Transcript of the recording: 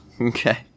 okay